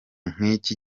nk’iki